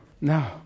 No